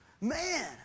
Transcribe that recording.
Man